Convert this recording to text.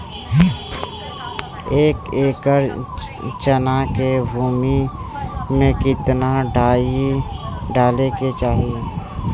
एक एकड़ चना के भूमि में कितना डाई डाले के चाही?